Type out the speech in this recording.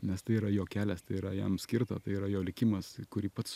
nes tai yra jo kelias tai yra jam skirta tai yra jo likimas kurį pats